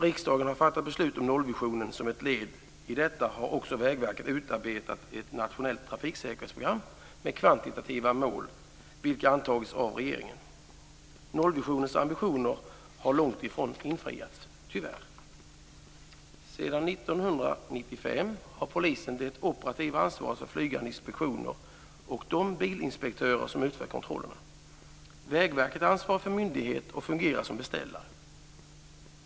Riksdagen har fattat beslut om nollvisionen, och som ett led i detta har Vägverket utarbetat ett nationellt trafiksäkerhetsprogram med kvantitativa mål, vilka antagits av regeringen. Ambitionerna med en nollvision har tyvärr långtifrån infriats. Sedan 1995 har polisen det operativa ansvaret för flygande inspektioner och de bilinspektörer som utför kontrollerna. Vägverket är ansvarig myndighet och fungerar som beställare.